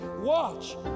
watch